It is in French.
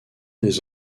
des